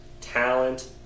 Talent